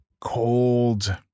cold